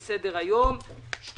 הישיבה ננעלה בשעה 13:25.